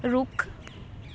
ਰੁੱਖ